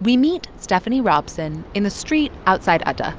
we meet stephanie robson in the street outside adda